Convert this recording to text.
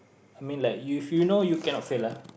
I mean like if you know you cannot fail lah